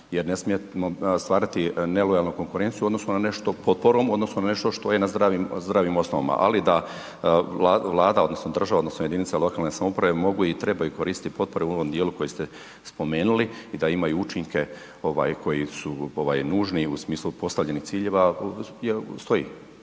jer ne smijemo stvarati nelojalnu konkurenciju u odnosu na nešto potporom odnosno na nešto što je na zdravim, zdravim osnovama, ali da Vlada odnosno država odnosno jedinice lokalne samouprave mogu i trebaju koristiti potpore u ovom dijelu koji ste spomenuli i da imaju učinke koje su nužne u smislu postavljenih ciljeva stoji.